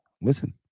listen